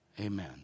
amen